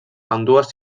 ambdues